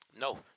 No